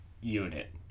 Unit